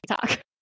TikTok